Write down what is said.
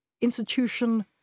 institution